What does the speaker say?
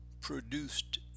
produced